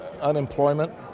unemployment